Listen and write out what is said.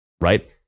right